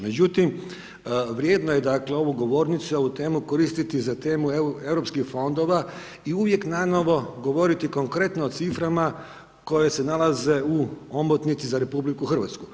Međutim, vrijedno je dakle ovu govornicu i ovu temu koristiti za temu EU fondova i uvijek nanovo govoriti konkretno o ciframa koje se nalaze u omotnici za RH.